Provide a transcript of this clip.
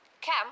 Cam